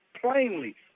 plainly